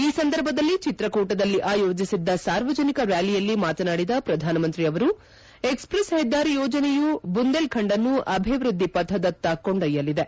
ಈ ಸಂದರ್ಭದಲ್ಲಿ ಚಿತ್ರಕೂಟದಲ್ಲಿ ಆಯೋಜಿಸಿದ್ದ ಸಾರ್ವಜನಿಕ ರ್ಕಾಲಿಯಲ್ಲಿ ಮಾತನಾಡಿದ ಪ್ರಧಾನಮಂತ್ರಿಯವರು ಎಕ್ಸ್ಪ್ರೆಸ್ ಹೆದ್ದಾರಿ ಯೋಜನೆಯೂ ಬುಂದೇಲ್ಖಂಡ್ವನ್ನು ಅಭಿವೃದ್ಧಿಯ ಪಥದತ್ತ ಕೊಂಡೊಯ್ಯಲಿದೆ